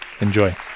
Enjoy